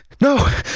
no